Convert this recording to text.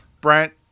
Brent